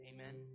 Amen